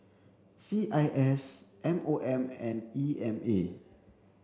C I S M O M and E M A